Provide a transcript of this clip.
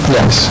Yes